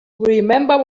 remember